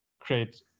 create